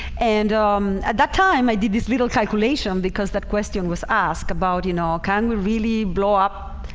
and at that time i did this little calculation because that question was asked about, you know, can we really blow up?